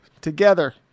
together